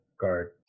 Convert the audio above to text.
guard